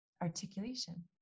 articulation